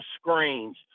screens